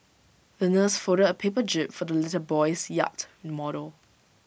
the nurse folded A paper jib for the little boy's yacht model